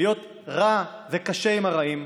להיות רע וקשה עם הרעים,